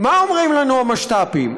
מה אומרים לנו המשת"פים?